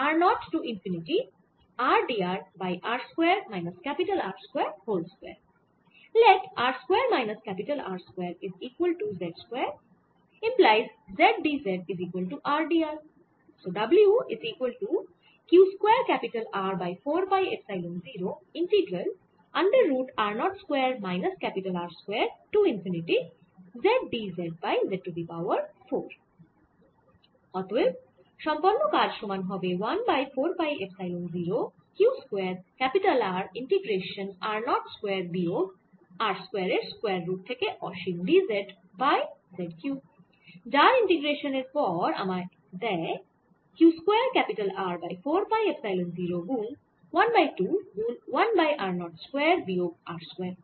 অতএব সম্পন্ন কাজ সমান হবে 1 by 4 pi epsilon 0 q square R integration r 0 square বিয়োগ R স্কয়ার এর স্কয়ার রুট থেকে অসীম d z by z cube যা ইন্টিগ্রেশান এর পর আমাদের দেয় q square R by 4 pi epsilon 0 গুন 1 বাই 2 গুন 1 বাই r 0 স্কয়ার বিয়োগ R স্কয়ার